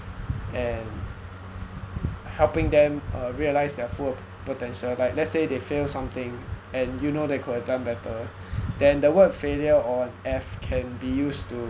and helping them uh realise their full potential like let's say they fail something and you know they could have done better then the word failure or an F can be used to